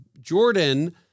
Jordan